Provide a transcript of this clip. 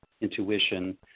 intuition